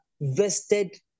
vested